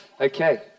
okay